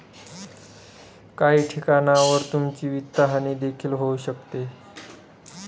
काही ठिकाणांवर तुमची वित्तहानी देखील होऊ शकते